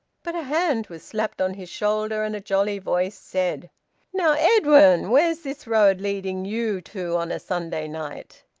but a hand was slapped on his shoulder, and a jolly voice said now, edwin, where's this road leading you to on a sunday night?